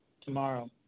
tomorrow